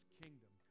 kingdom